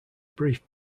brief